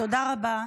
תודה רבה.